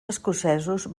escocesos